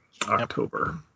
October